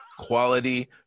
Quality